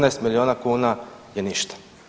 14 milijuna kuna je ništa.